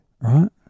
right